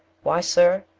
why, sir,